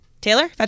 Taylor